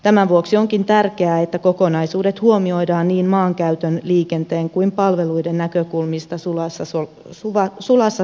tämän vuoksi onkin tärkeää että kokonaisuudet huomioidaan niin maankäytön liikenteen kuin palveluiden näkökulmista sulassa sovussa